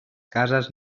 cases